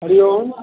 Hari Om